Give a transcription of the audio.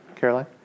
Caroline